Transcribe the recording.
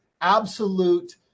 absolute